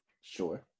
Sure